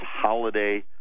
holiday